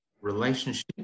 relationship